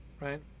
right